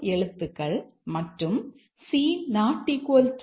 எழுத்துக்கள் மற்றும் c